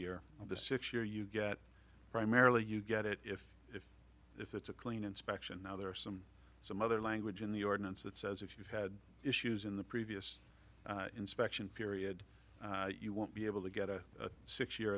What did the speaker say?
of the six year you get primarily you get it if if if it's a clean inspection now there are some some other language in the ordinance that says if you've had issues in the previous inspection period you won't be able to get a six year